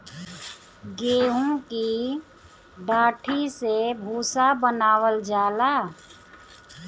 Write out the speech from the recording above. गेंहू की डाठी से भूसा बनावल जाला